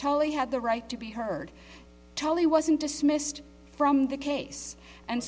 totally had the right to be heard told he wasn't dismissed from the case and